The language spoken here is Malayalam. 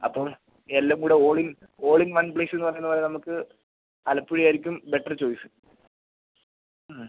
അപ്പോൾ എല്ലാം കൂടെ all in all in one place എന്ന് പറയുന്നത് പോലെ നമുക്ക് ആലപ്പുഴ ആയിരിക്കും ബെറ്റർ ചോയ്സ് മ്